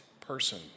person